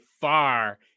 far